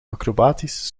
acrobatisch